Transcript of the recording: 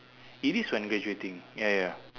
it is when graduating ya ya